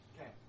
Okay